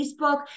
Facebook